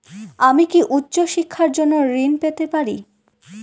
আমি কি উচ্চ শিক্ষার জন্য ঋণ পেতে পারি?